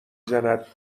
زند